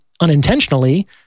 unintentionally